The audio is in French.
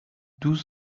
douze